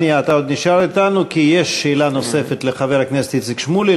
אתה עוד נשאר אתנו כי יש שאלה נוספת לחבר הכנסת איציק שמולי.